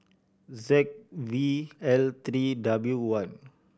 Z V L three W one